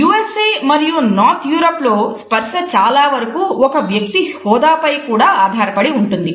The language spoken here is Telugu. యు ఎస్ ఏ లో స్పర్స చాలావరకూ ఒక వ్యక్తి హోదా పై కూడా ఆధారపడి ఉంటుంది